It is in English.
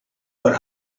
but